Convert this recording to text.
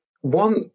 one